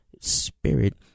spirit